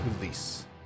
release